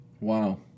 Wow